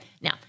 now